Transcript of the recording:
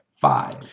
five